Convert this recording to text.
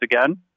again